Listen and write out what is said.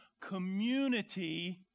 community